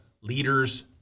leaders